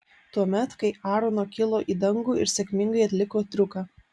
tuomet kai aarono kilo į dangų ir sėkmingai atliko triuką